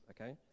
okay